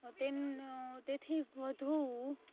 તેથી વધુ